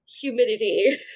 humidity